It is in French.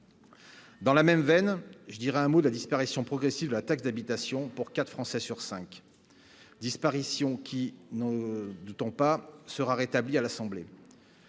Dans la même veine, je dirai un mot : la disparition progressive de la taxe d'habitation pour 4 Français sur 5 disparition qui n'en doutons pas, sera rétabli à l'Assemblée.